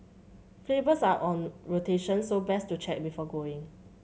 flavours are on rotation so best to check before going